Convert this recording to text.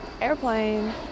airplane